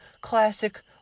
classic